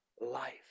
life